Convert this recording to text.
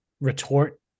retort